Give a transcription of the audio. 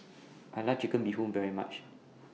I like Chicken Bee Hoon very much